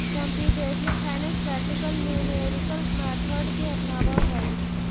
computational finance practical numerical method के अपनावऽ हई